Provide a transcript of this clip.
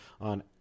on